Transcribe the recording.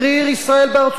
מייקל אורן,